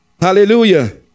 Hallelujah